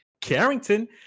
Carrington